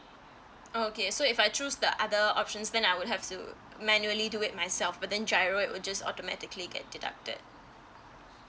okay so if I choose the other options then I would have to manually do it myself but then giro it will just automatically get deducted